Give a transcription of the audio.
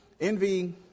envy